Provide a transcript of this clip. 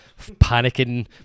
panicking